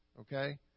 okay